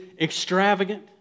extravagant